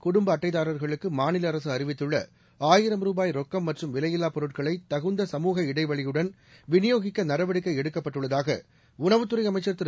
குடும்பஅட்டைதாரா்களுக்குமாநிலஅரசுஅறிவித்துள்ள ஆயிரம் ரூபாய் ரொக்கம் மற்றும் விலையில்லாபொருட்களைதகுந்த சமூக இடைவெளியுடன் வினியோகிக்கநடவடிக்கைஎடுக்கப்பட்டுள்ளதாகஉணவுத்துறைஅமைச் சர் திரு